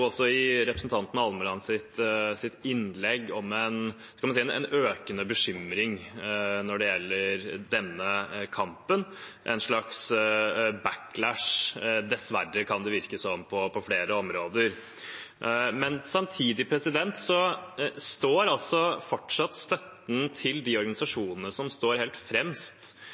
også i representanten Almelands innlegg om en økende bekymring når det gjelder denne kampen, en slags backlash, dessverre, kan det virke som på flere områder. Samtidig står altså støtten til de organisasjonene – tilskuddene til de heltene – som står helt fremst